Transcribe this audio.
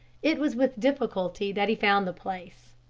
it was with difficulty that he found the place.